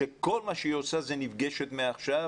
שכל מה שהיא עושה זה נפגשת מעכשיו